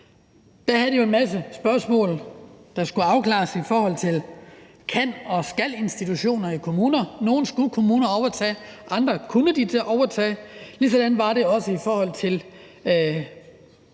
havde man jo en masse spørgsmål, der skulle afklares i forhold til »kan«- og »skal«-institutioner i kommuner. Nogle af dem skulle kommunerne overtage, og andre kunne de overtage. Ligesådan var det også i forhold til